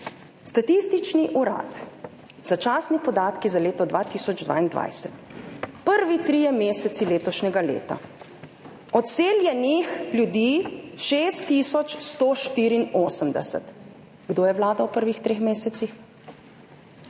Statistični urad, začasni podatki za leto 2022 prvi trije meseci letošnjega leta: odseljenih ljudi 6184. Kdo je vladal v prvih treh mesecih?